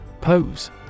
Pose